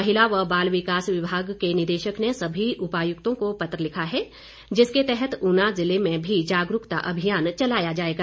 महिला व बाल विकास विभाग के निदेशक ने सभी उपायुक्तों को पत्र लिखा है जिसके तहत ऊना जिले में भी जागरूकता अभियान चलाया जाएगा